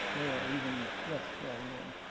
they are even less well known.